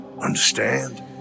Understand